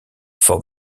for